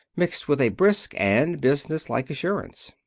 mixed with a brisk and businesslike assurance.